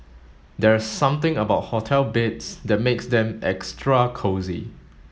there's something about hotel beds that makes them extra cosy